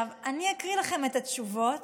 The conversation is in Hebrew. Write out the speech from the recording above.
אני אקרא לכם את התשובות,